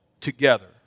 together